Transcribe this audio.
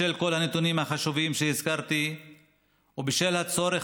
בשל כל הנתונים החשובים שהזכרתי ובשל הצורך